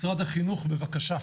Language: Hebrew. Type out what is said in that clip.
משרד החינוך, בבקשה.